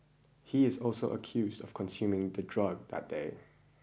he is also accused of consuming the drug that day